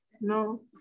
No